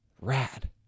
Rad